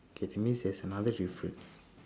okay that means there's another difference